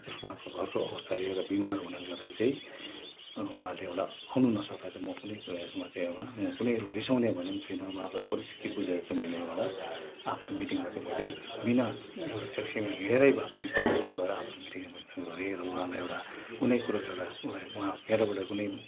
जस्तो उहाँको घरको अवस्थाले गर्दा बिमार हुनाले गर्दाखेरि चाहिँ उहाँले एउटा आउनु नसक्दा चाहिँ म कुनै प्रयासमा चाहिँ एउटा म कुनै रिसाउने भन्ने छुइनँ उहाँको परिस्थिति बुझेर चाहिँ मैले एउटा आफ्नो मिटिङमा चाहिँ मैले विना एउटा ट्याक्सीमा हिँडेर भए पनि गएर आफ्नो मिटिङ एटेन्ड गरेँ र उहाँलाई एउटा कुनै कुरोको एउटा उहाँ मेरोबाट कुनै